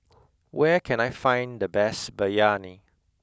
where can I find the best Biryani